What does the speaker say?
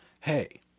hey